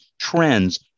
trends